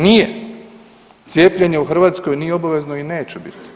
Nije, cijepljenje u Hrvatskoj nije obavezano i neće biti.